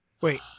Wait